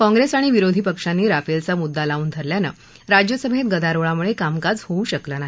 काँग्रेस आणि विरोधी पक्षांनी राफेलचा मुद्दा लावून धरल्यानं राज्यसभेत गदारोळामुळे कामकाज होऊ शकलं नाही